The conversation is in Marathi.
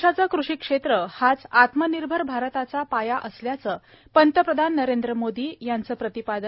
देशाचं कृषिक्षेत्र हाच आत्मनिर्भर भारताचा पाया असल्याचं पंतप्रधान नरेंद्र मोदी यांचं प्रतिपादन